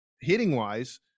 hitting-wise